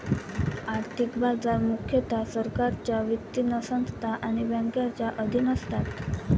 आर्थिक बाजार मुख्यतः सरकारच्या वित्तीय संस्था आणि बँकांच्या अधीन असतात